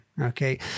Okay